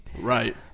Right